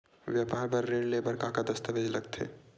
व्यापार बर ऋण ले बर का का दस्तावेज लगथे?